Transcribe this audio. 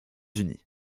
unis